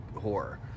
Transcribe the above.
horror